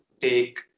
take